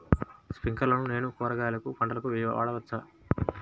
స్ప్రింక్లర్లను నేను కూరగాయల పంటలకు వాడవచ్చా?